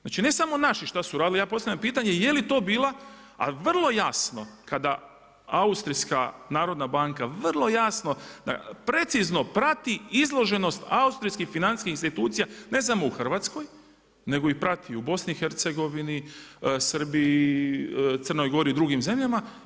Znači ne samo naši što su radili, ja postavljam pitanje je li to bila a vrlo jasno kada Austrijska narodna banka vrlo jasno, precizno prati izloženost austrijskih financijskih institucija ne samo u Hrvatskoj nego i prati u BiH, Srbiji, Crnoj Gori i drugim zemljama.